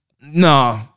no